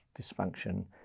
dysfunction